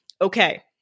okay